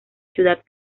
ciudad